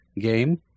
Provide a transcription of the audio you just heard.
game